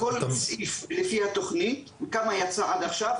כל סעיף לפי התכנית כמה יצא עד עכשיו,